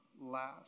last